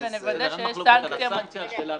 נבחן ונוודא שיש סנקציה מתאימה.